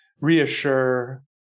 reassure